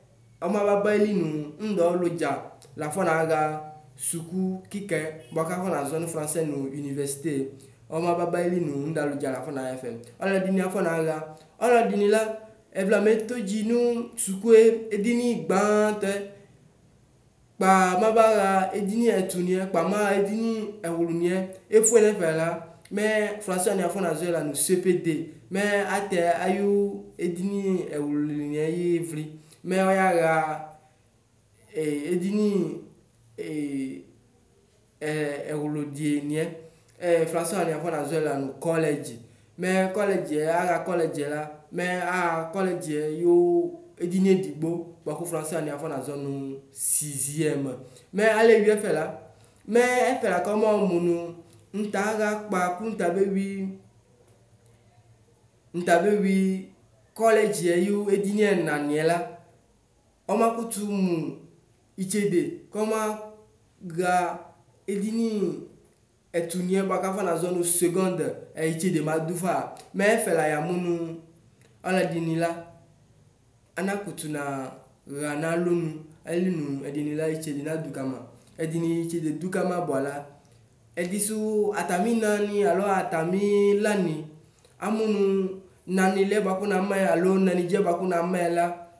Ɔmaba nayili nu nudu ɔludza kafɔ naxa suku kikɛ buaku afɔ nazɔ nu frasɛ nu universite ɔmababa ayili nu nudu aludza lafɔ naxa ɛfɛ, ɔladini afɔnaxa, ɔladini la ɛvlamɛ etodzi nu sukue edini gbatɔɛ, kpa mabaxa edini ɛtumɛ kpa mɛ maxa ɛdini ɛwliniɛ efue nɛfɛ la mɛ frasɛ wani afrazɔɛ lanu cepede mɛ atɛ ayu edini ɛwliniyɛ yivli mɛ ɔyaxa edini ɛwludiɛ nyɛ frasɛ wani afɔ nazɔɛ lanu kɔlɛdzi mɛ axa kɔkɛdziɛ la mɛ axa kɔkɛdziɛ yu edini edigbo buaku frasɛ wani afɔnazɔ nu siziɛm mɛ alewi ɛfɛla mɛ ɛfɛ la kɔmɔ munu nutaxa kpa kunu tabeur tabeur kɔlɛdzi ayu edini ɛnamɛ ka ɔmaku mu itsede kɔma xa ɛdini ɛtuniɛ buaku afɔnazɔ nu segɔd itsede madufa mɛfɛ la yamɔnʋ ɔluɛdini la anakutu naxa nu alɔnu ayili nu ɛdini la itsede nadʋ kama ɛdini itsede du kama buaku ɛdisʋ atami nanɩ alo atami lani amunu nanilɛ buaku namayɛ alo nanidzɛ buaku namɛla.